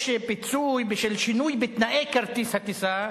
יש פיצוי בשל שינוי בתנאי כרטיס הטיסה.